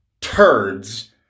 turds